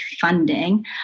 funding